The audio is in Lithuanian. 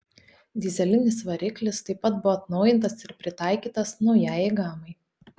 dyzelinis variklis taip pat buvo atnaujintas ir pritaikytas naujajai gamai